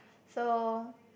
so